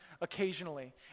occasionally